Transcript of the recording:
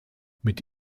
mit